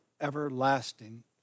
everlasting